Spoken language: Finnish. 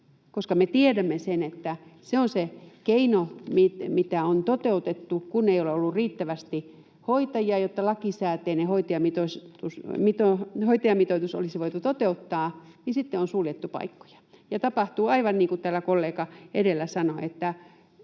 Me tiedämme sen, että se on se keino, mitä on toteutettu, kun ei ole ollut riittävästi hoitajia: jotta lakisääteinen hoitajamitoitus olisi voitu toteuttaa, niin sitten on suljettu paikkoja. Tapahtuu aivan niin kuin täällä kollega edellä sanoi, että